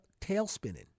Tailspinning